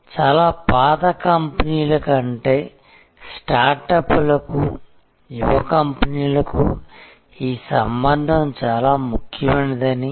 వాస్తవానికి అనేక network marketing కంపెనీలు ఈ పద్ధతిని ఉపయోగిస్తాయి పిరమిడ్ మార్కెటింగ్ మంచి విధానం కాదు ఇది చాలా దేశాలలో చట్టవిరుద్ధం కానీ మీ సహ విక్రయదారుడిగా వినియోగదారుల నెట్వర్క్ను సృష్టించడం చాలా శక్తివంతమైన శక్తి గుణకం కావచ్చు